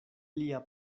lia